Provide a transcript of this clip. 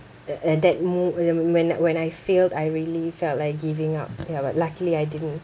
uh uh that mo~ ya when when I failed I really felt like giving up ya but luckily I didn't